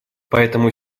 поэтому